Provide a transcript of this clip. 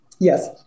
yes